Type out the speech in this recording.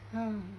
ah